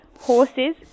horses